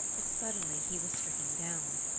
but suddenly he was stricken down.